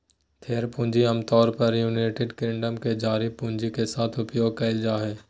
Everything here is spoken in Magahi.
शेयर पूंजी आमतौर पर यूनाइटेड किंगडम में जारी पूंजी के साथ उपयोग कइल जाय हइ